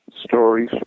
stories